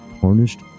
tarnished